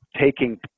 taking